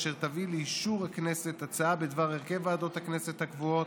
אשר תביא לאישור הכנסת הצעה בדבר הרכב ועדות הכנסת הקבועות.